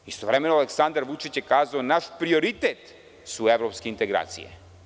Istovremeno, Aleksandar Vučić je kazao – naš prioritet su evropske integracije.